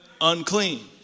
unclean